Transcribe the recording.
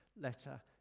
letter